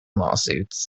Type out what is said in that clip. lawsuits